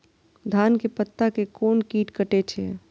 धान के पत्ता के कोन कीट कटे छे?